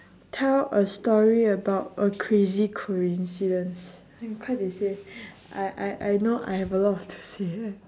tell a story about a crazy coincidence you 快点：kuai dian say I I I know I have a lot to say